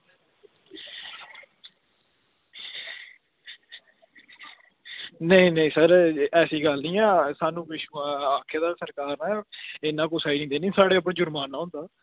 नेईं नेईं सर ऐसी गल्ल निं ऐ स्हानू पिच्छुआं आक्खे दा सरकार नै नेईं तां